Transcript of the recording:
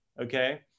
okay